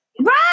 Right